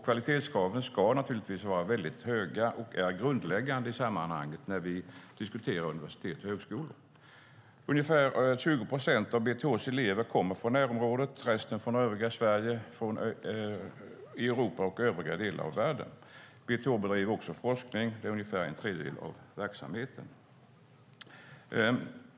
Kvalitetskraven ska naturligtvis vara höga och är grundläggande i sammanhanget när vi diskuterar universitet och högskolor. Ungefär 20 procent av BTH:s elever kommer från närområdet. Resten kommer från övriga Sverige, Europa och övriga delar av världen. BTH bedriver också forskning - ungefär en tredjedel av verksamheten.